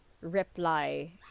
reply